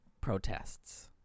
protests